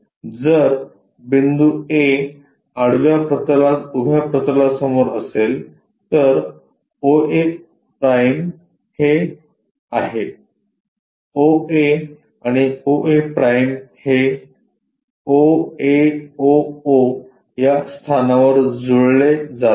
जर बिंदू A आडव्या प्रतलात उभ्या प्रतलासमोर असेल तर oa' हे आहे oa आणि oa' हे o a o o या स्थानावर जुळले जातील